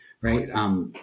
right